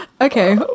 Okay